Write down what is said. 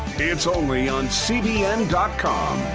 it's only on cbn com.